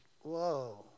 Whoa